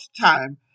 time